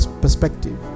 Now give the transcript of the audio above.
perspective